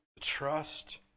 trust